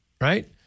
Right